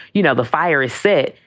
you know, the fire is set.